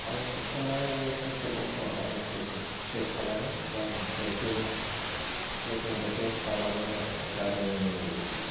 आं सब समाय फार्स्ट अप अल थ' आं आंनि फिउल खौ चेक खालामो प्लास ब्रेकिं ब्रेकिं खौ टेस्ट खालामो गारिनि